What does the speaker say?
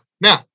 Now